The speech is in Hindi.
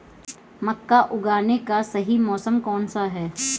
मक्का उगाने का सही मौसम कौनसा है?